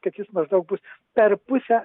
kad jis maždaug bus per pusę